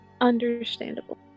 Understandable